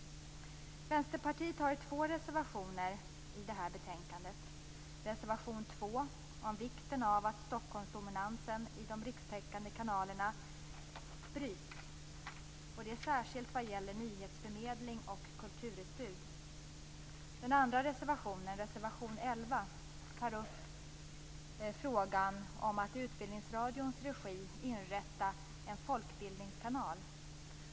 Vänsterpartiet har två reservationer i betänkandet. Reservation 2 handlar om vikten av att Stockholmsdominansen i de rikstäckande kanalerna bryts, särskilt vad gäller nyhetsförmedling och kulturutbud. Den andra reservationen, nr 11, tar upp frågan om att i utbildningsradions regi inrätta en folkbildningskanal.